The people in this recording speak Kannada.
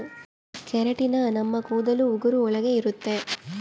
ಕೆರಟಿನ್ ನಮ್ ಕೂದಲು ಉಗುರು ಒಳಗ ಇರುತ್ತೆ